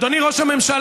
אדוני ראש הממשלה,